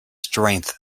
strength